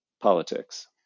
politics